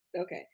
Okay